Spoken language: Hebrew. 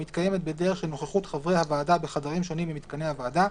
המתקיימת בדרך של נוכחות חברי הוועדה בחדרים שונים במתקני הוועדה,